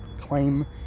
claim